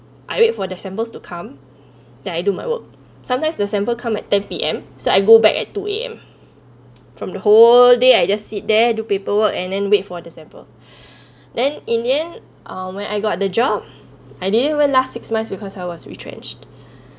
I wait for the samples to come then I do my work sometimes the sample come at ten P_M so I go back at two A_M from the whole day I just sit there do paperwork and then wait for the samples then in the end um when I got the job I didn't went last six months because I was retrenched